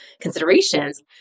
considerations